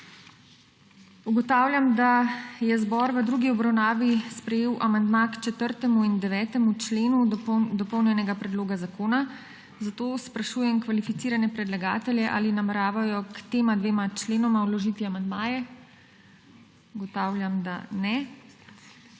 Ugotavljam, da je zbor v drugi obravnavi sprejel amandma k 4. in 9. členu dopolnjenega predloga zakona, zato sprašujem kvalificirane predlagatelje, ali nameravajo k tema dvema členoma vložiti amandmaje. Ugotavljam, da ne.